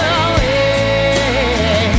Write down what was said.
away